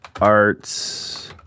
arts